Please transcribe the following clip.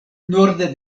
norde